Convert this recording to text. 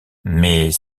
mais